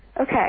Okay